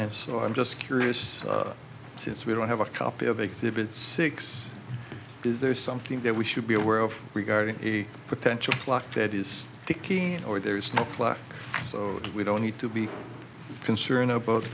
and so i'm just curious since we don't have a copy of exhibit six is there something that we should be aware of regarding a potential clock that is the kean or there is no class so we don't need to be concerned about